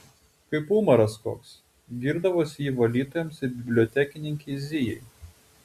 kaip umaras koks girdavosi ji valytojoms ir bibliotekininkei zijai